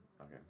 Okay